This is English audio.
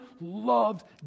loved